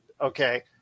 Okay